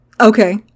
Okay